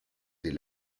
des